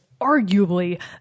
arguably